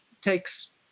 takes